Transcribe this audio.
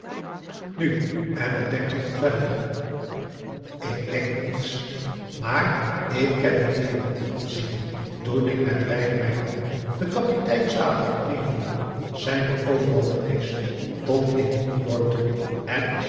nu en wat denkt u dan verder ik denk niks maar ik ken de wereld ziet u toen ik met wijlen mijn man den kapitein zaliger mee voer zijn we overal geweest tot in nieuw york toe en